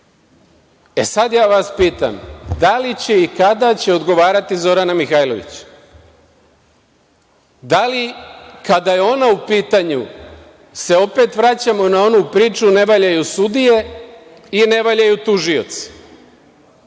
ja vas pitam da li će i kada će odgovarati Zorana Mihajlović? Da li, kada je ona u pitanju, se opet vraćamo na onu priču ne valjaju sudije i ne valjaju tužioci?